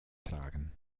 tragen